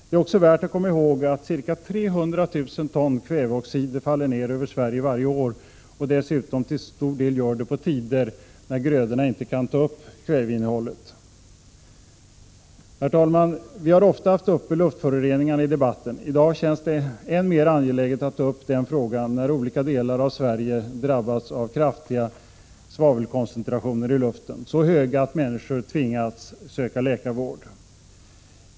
Det är också värt att komma ihåg att ca 300 000 ton kväveoxider faller ner över Sverige varje år och dessutom till stor del vid tider då grödorna inte kan ta upp kväveinnehållet. Prot. 1986/87:65 Herr talman! Vi har i riksdagen ofta debatterat luftföroreningarna. I dag 5 februari 1987 känns det än mer angeläget att ta upp den frågan, när olika delar av Sverige AM fhgn mac don, drabbats av kraftiga svavelkoncentrationer i luften, så höga att människor tvingats söka läkarvård.